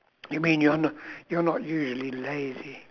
you mean you're no~ you're not usually lazy